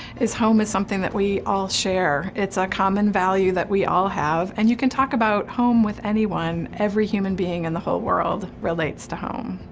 is home is something that we all share, it's a common value that we all have, and you can talk about home with anyone. every human being in the whole world relates to home.